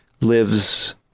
lives